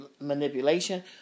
manipulation